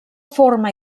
forma